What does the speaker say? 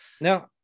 Now